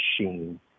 machine